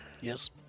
Yes